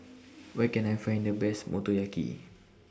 Where Can I Find The Best Motoyaki